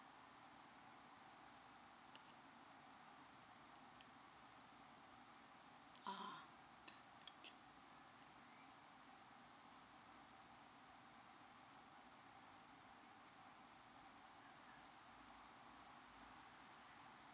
ah